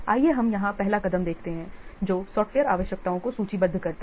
आइए हम यहां पहला कदम देखते हैं जो सॉफ्टवेयर आवश्यकताओं को सूचीबद्ध करता है